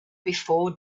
before